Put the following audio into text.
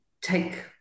take